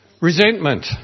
resentment